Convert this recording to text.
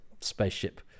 spaceship